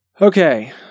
Okay